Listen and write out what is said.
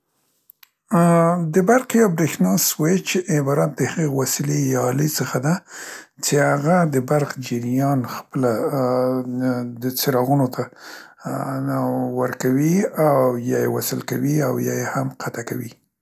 ا، د برق یا برښنا سویچ، عبارت د هغې وسیلې یا الې څخه ده څې هغه د برق جریان خپله ا، ا، د، د څراغونو ته ورکوي یا یې وصل کوي یا یې هم قطع کوي.